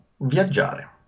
viaggiare